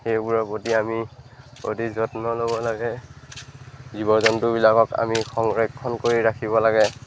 সেইবোৰৰ প্ৰতি আমি প্ৰতি যত্ন ল'ব লাগে জীৱ জন্তুবিলাকক আমি সংৰক্ষণ কৰি ৰাখিব লাগে